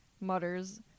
mutters